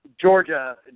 Georgia